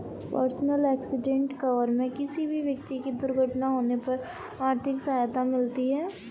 personal accident cover में किसी भी व्यक्ति की दुर्घटना होने पर आर्थिक सहायता मिलती है